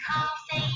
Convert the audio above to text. Coffee